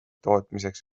tootmiseks